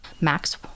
Max